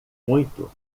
muito